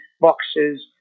boxes